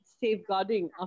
safeguarding